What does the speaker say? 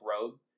Road